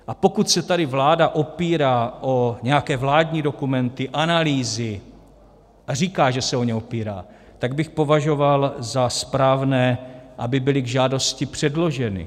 A pokud se tady vláda opírá o nějaké vládní dokumenty, analýzy, říká, že se o ně opírá, tak bych považoval za správné, aby byly k žádosti předloženy.